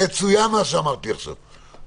מצוין מה שאמרת לי עכשיו.